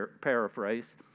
paraphrase